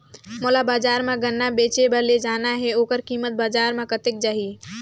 मोला बजार मां गन्ना बेचे बार ले जाना हे ओकर कीमत बजार मां कतेक जाही?